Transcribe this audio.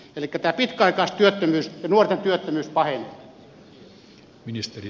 elikkä pitkäaikaistyöttömyys ja nuorten työttömyys pahenevat